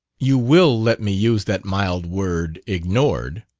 you will let me use that mild word, ignored